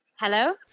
Hello